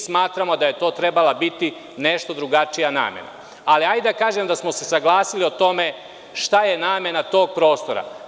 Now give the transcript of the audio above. Smatramo da je to trebala biti nešto drugačija namena, ali hajde da kažem da smo se saglasili o tome šta je namena tog prostora.